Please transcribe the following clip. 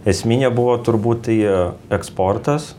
esminė buvo turbūt tai eksportas